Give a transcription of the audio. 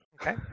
Okay